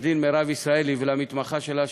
עו"ד מירב ישראלי ולמתמחה שלה,